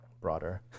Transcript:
broader